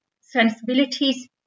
sensibilities